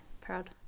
proud